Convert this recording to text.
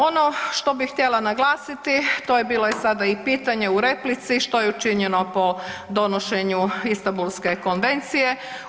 Ono što bi htjela naglasiti, to je bilo i sada i pitanje u replici, što je učinjeno po donošenju Istambulske konvencije?